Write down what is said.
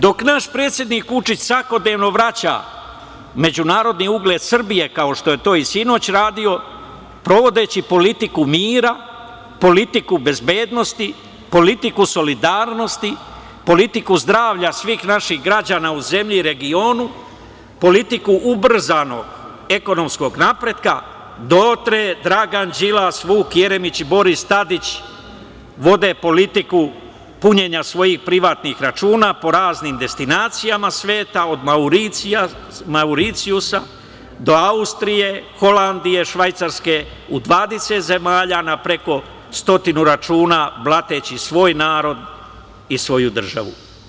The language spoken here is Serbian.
Dok naš predsednik Vučić svakodnevno vraća međunarodni ugled Srbije kao što je to i sinoć radio, provodeći politiku mira, politiku bezbednosti, politiku solidarnosti, politiku zdravlja svih naših građana u zemlji i regionu, politiku ubrzanog ekonomskog napretka dotle Dragan Đilas, Vuk Jeremić i Boris Tadić vode politiku punjenja svojih privatnih računa po raznim destinacijama sveta, od Mauricijusa, do Austrije, Holandije, Švajcarske u 20 zemalja na preko stotinu računa blateći svoj narod i svoju državu.